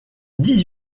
dix